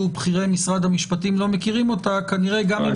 בכירי משרד המשפטים לא מכירים אותה כנראה גם היא